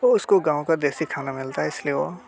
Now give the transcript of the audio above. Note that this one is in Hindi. वो उसको गाँव का देसी खाना मिलता है इस लिए वो